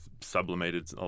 sublimated